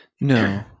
No